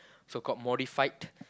so called modified